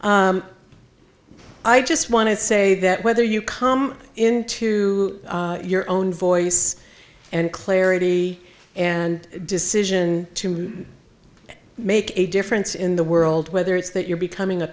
i just want to say that whether you come into your own voice and clarity and decision to make a difference in the world whether it's that you're becoming a